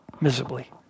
miserably